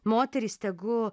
moterys tegu